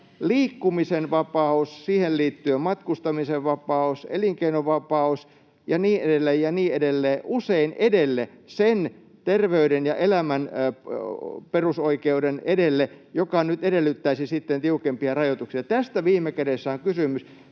liikkumisen vapaus, siihen liittyen matkustamisen vapaus, elinkeinovapaus ja niin edelleen ja niin edelleen usein edelle, sen terveyden ja elämän perusoikeuden edelle, joka nyt edellyttäisi sitten tiukempia rajoituksia. Tästä viime kädessä on kysymys.